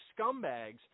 scumbags